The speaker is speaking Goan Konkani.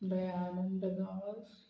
दयानंद गांवस